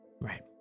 Right